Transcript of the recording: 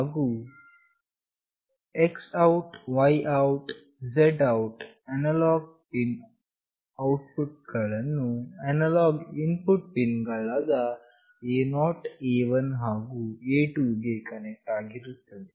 ಹಾಗು X OUT Y OUT ಹಾಗು Z OUT analog pin output ಗಳನ್ನು ಅನಲಾಗ್ ಇನ್ಪುಟ್ ಪಿನ್ ಗಳಾದ A0A1 ಹಾಗು A2 ಗಳಿಗೆ ಕನೆಕ್ಟ್ ಆಗಿರುತ್ತದೆ